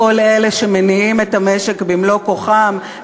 כל אלה שמניעים את המשק במלוא כוחם,